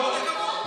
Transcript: אני טיפ-טיפה עסוק,